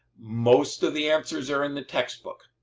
most of the answers are in the textbook.